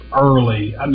early